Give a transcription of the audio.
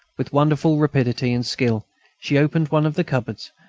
with wonderful rapidity and skill she opened one of the cupboards,